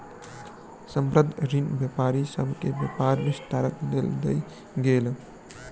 संबंद्ध ऋण व्यापारी सभ के व्यापार विस्तारक लेल देल गेल